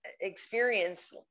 Experience